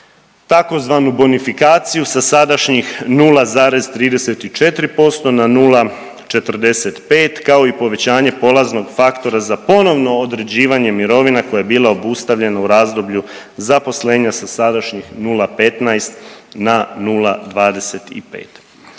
tzv. bonifikaciju sa sadašnjih 0,34% na 0,45 kao i povećanje polaznog faktora za ponovno određivanje mirovina koja je bila obustavljena u razdoblju zaposlenja sa sadašnjih 0,15 na 0,25.